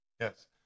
Yes